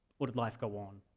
or did life go on?